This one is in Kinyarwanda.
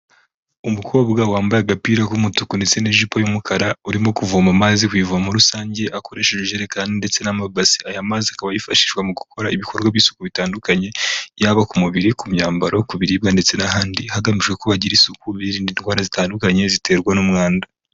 Umukobwa wambaye agapira k'umutuku ndetse n'ijipo y'umukara, urimo kuvoma amazi ku ivomo rusange, akoreshe ijerekani ndetse n'amabasi. Aya mazi akaba yifashishwa mu gukora ibikorwa by'isuku bitandukanye, yaba ku mubiri, ku myambaro, ku biribwa ndetse n'ahandi, hagamijwe ko bagira isuku, birinda indwara zitandukanye ziterwa n'umwanda.